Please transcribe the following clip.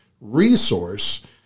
resource